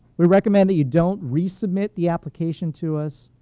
we recommend that you don't resubmit the application to us